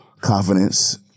confidence